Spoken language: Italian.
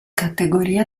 categoria